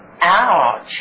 ouch